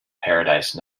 paradise